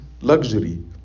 luxury